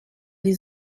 die